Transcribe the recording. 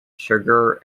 sugar